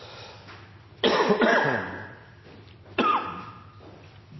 eg skal